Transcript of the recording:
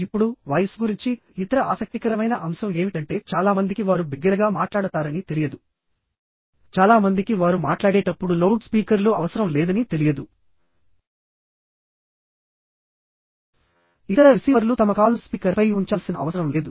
ఇప్పుడు వాయిస్ గురించి ఇతర ఆసక్తికరమైన అంశం ఏమిటంటే చాలా మందికి వారు బిగ్గరగా మాట్లాడతారని తెలియదు చాలా మందికి వారు మాట్లాడేటప్పుడు లౌడ్ స్పీకర్లు అవసరం లేదని తెలియదు ఇతర రిసీవర్లు తమ కాల్ను స్పీకర్పై ఉంచాల్సిన అవసరం లేదు